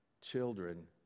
children